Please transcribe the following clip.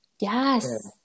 Yes